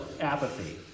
apathy